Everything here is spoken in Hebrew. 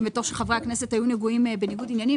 ותוך שחברי הכנסת היו נגועים בניגוד עניינים.